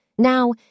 Now